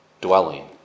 dwelling